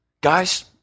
Guys